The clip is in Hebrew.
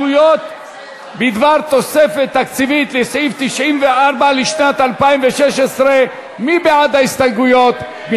הסתייגויות בדבר תוספת תקציבית לסעיף 94 לשנת 2016. מי בעד ההסתייגויות?